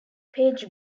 page